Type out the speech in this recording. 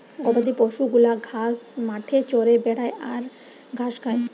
গবাদি পশু গুলা ঘাস মাঠে চরে বেড়ায় আর ঘাস খায়